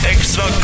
Extra